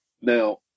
Now